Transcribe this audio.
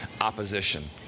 opposition